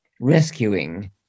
rescuing